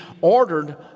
ordered